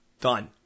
done